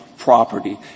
property